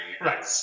Right